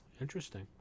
Interesting